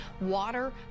Water